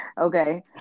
Okay